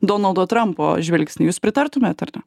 donaldo trampo žvilgsnį jūs pritartumėt ar ne